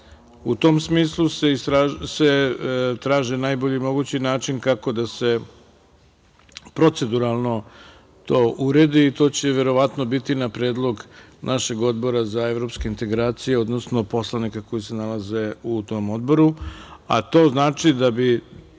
tom smislu se traži najbolji mogući način kako da se proceduralno to uredi i to će verovatno biti na predlog našeg Odbora za evropske integracije, odnosno poslanika koji se nalaze u tom Odboru, a to znači da bi,